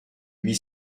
huit